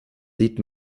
sieht